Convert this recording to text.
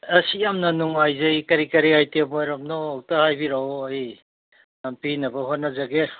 ꯑꯁ ꯌꯥꯝꯅ ꯅꯨꯡꯉꯥꯏꯖꯩ ꯀꯔꯤ ꯀꯔꯤ ꯑꯥꯏꯇꯦꯝ ꯑꯣꯔꯕꯅꯣ ꯑꯝꯇ ꯍꯥꯏꯕꯤꯔꯛꯎ ꯑꯩ ꯄꯤꯅꯕ ꯍꯣꯠꯅꯖꯒꯦ